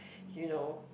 you know